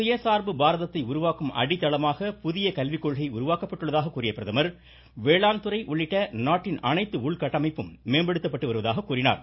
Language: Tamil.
சுயசாா்பு பாரதத்தை உருவாக்கும் அடித்தளமாக புதிய கல்விக் கொள்கை உருவாக்கப்பட்டுள்ளதாக கூறிய பிரதமா் வேளாண் துறை உள்ளிட்ட நாட்டின் அனைத்து உள்கட்டமைப்பும் மேம்படுத்தப்பட்டு வருவதாக கூறினார்